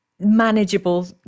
manageable